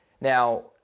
Now